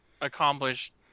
accomplished